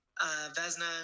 vesna